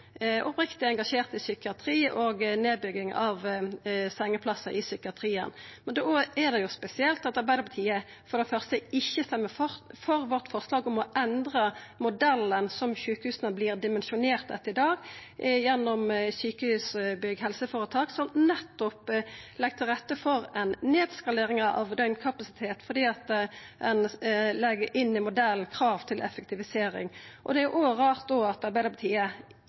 oppriktig engasjert i psykiatri og nedbygging av sengeplassar i psykiatrien. Då er det jo spesielt at Arbeidarpartiet for det første ikkje stemmer for forslaget vårt om å endra modellen som sjukehusa vert dimensjonerte etter i dag gjennom Sykehusbygg HF, som nettopp legg til rette for ei nedskalering av døgnkapasitet fordi ein legg krav til effektivisering inn i modellen. Det er òg rart at Arbeidarpartiet ikkje stemmer for forslaget vårt om å skilja investering og drift, når vi veit at